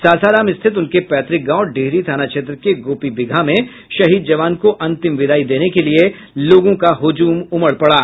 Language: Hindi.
सासाराम स्थित उनके पैतृक गांव डिहरी थाना क्षेत्र के गोपीबिगहा में शहीद जवान को अंतिम विदायी देने के लिये लोगों का हुज़ुम उमड़ पड़ा